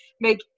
make